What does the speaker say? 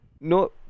No